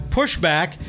pushback